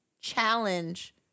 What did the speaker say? challenge